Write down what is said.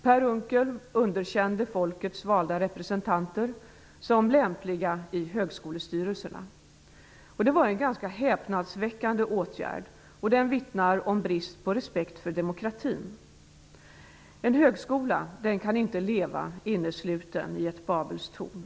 Per Unckel underkände folkets valda representanter som lämpliga i högskolestyrelserna. Det var en ganska häpnadsväckande åtgärd, och den vittnar om brist på respekt för demokratin. En högskola kan inte leva innesluten i ett babelstorn.